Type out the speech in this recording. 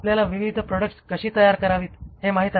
आपल्याला विविध प्रॉडक्ट्स कशी तयार करावीत हे माहित आहे